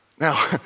Now